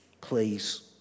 please